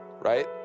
right